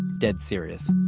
dead serious.